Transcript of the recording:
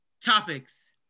topics